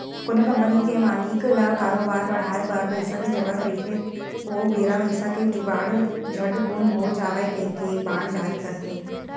कोनो कंपनी के मालिक ल करोबार बड़हाय बर पइसा के जरुरत रहिथे ओ बेरा पइसा के जुगाड़ झटकून हो जावय कहिके बांड जारी करथे